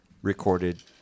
Recorded